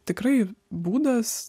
tikrai būdas